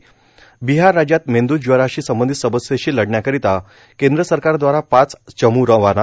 त बिहार राज्यात मेंदू ज्वराशी संबंधित समस्येशी लढण्याकरीता केंद्र सरकार द्वारा पाच चम् रवाना